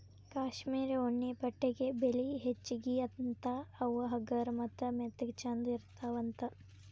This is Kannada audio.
ಕಾಶ್ಮೇರ ಉಣ್ಣೆ ಬಟ್ಟೆಗೆ ಬೆಲಿ ಹೆಚಗಿ ಅಂತಾ ಅವ ಹಗರ ಮತ್ತ ಮೆತ್ತಗ ಚಂದ ಇರತಾವಂತ